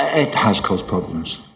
ah it has caused problems!